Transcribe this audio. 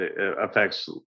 affects